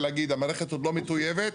ולהגיד המערכת עוד לא מטויבת,